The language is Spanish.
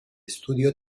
estudio